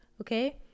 okay